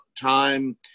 time